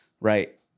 right